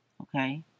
okay